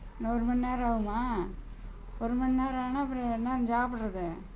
இன்னும் ஒரு மணி நேரம் ஆகுமா ஒரு மணி நேரம் ஆனால் அப்புறம் என்ன சாப்பிட்றது